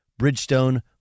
Bridgestone